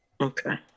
Okay